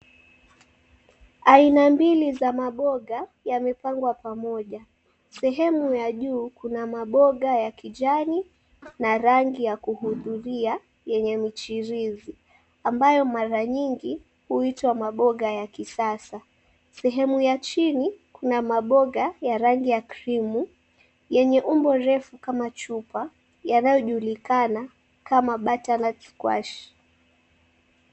Aina mbili za maboga yamepangwa pamoja. Sehemu ya juu kuna maboga ya kijani na rangi ya kuhudhuria yenye michirizi ambayo mara nyingi huitwa maboga ya kisasa. Sehemu ya chini kuna maboga ya rangi ya krimu yenye umbo refu kama chupa yanayojulikana kama butternut squash .